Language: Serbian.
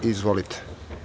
Izvolite.